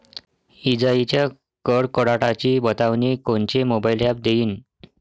इजाइच्या कडकडाटाची बतावनी कोनचे मोबाईल ॲप देईन?